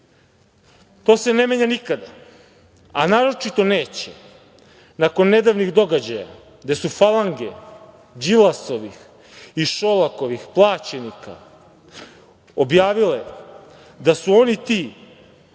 se ne menja nikada, a naročito neće nakon nedavnih događaja gde su falange Đilasovih i Šolakovih plaćenika objavile da su oni ti